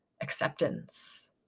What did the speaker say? acceptance